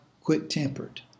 quick-tempered